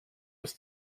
was